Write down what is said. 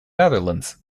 netherlands